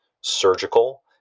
surgical